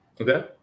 Okay